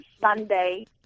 Sunday